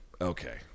okay